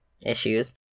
Issues